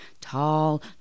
Tall